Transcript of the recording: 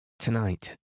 Tonight